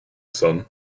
sun